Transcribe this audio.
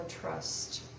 trust